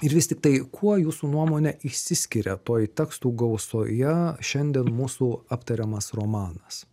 ir vis tik tai kuo jūsų nuomone išsiskiria toj tekstų gausoje šiandien mūsų aptariamas romanas